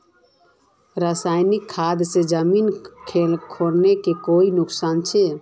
रासायनिक खाद से जमीन खानेर कोई नुकसान छे?